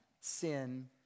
sin